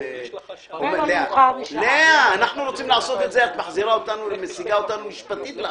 את מסיגה אותנו משפטית לאחור.